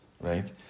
right